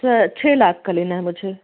sir छः लाख का लेना है मुझे